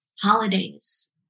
holidays